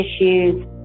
issues